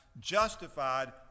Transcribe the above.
justified